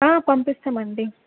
పంపిస్తాము అండి